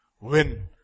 win